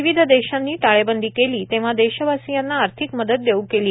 विविध देशांनी टाळेबंदी केली तेव्हा देशवासियांना आर्थिक मदत देऊ केली